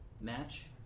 match